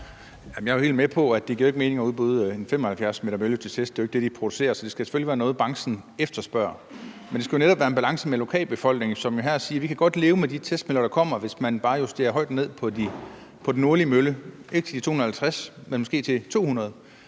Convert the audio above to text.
Jeg er jo helt med på, at det ikke giver mening at udbyde en 75 m høj mølle til test, hvis ikke de produceres. Det skal selvfølgelig være noget, branchen efterspørger. Det skal jo netop være i balance med lokalbefolkningen, som her siger, at de godt kan leve med de testmøller, der kommer, hvis man bare justerer højden ned på den nordlige mølle, ikke til de 250 m, men måske til 200